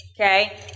Okay